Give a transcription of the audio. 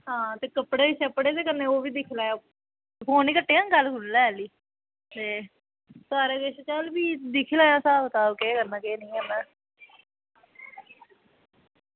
ते कपड़े कन्नै ओह्बी दिक्खी लैयो फोन निं कट्टेआं गल्ल सुन लै पैह्लें सारा किश भी दिक्खी लैयो केह् स्हाब कताब ऐ भी